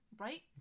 right